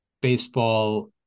baseball